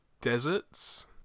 deserts